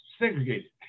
segregated